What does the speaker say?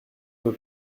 peu